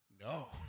No